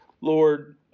Lord